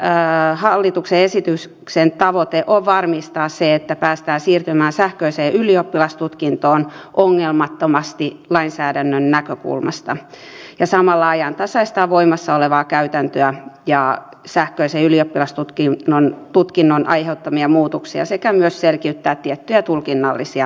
ensinnäkin hallituksen esityksen tavoite on varmistaa se että päästään siirtymään sähköiseen ylioppilastutkintoon ongelmattomasti lainsäädännön näkökulmasta ja samalla ajantasaistaa voimassa olevaa käytäntöä ja sähköisen ylioppilastutkinnon aiheuttamia muutoksia sekä myös selkiyttää tiettyjä tulkinnallisia lain kohtia